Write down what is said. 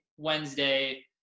Wednesday